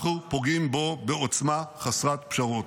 אנחנו פוגעים בו בעוצמה חסרת פשרות.